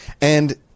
And-